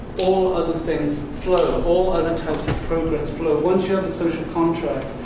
all other things flow all other types of progress flow. once you have the social contract,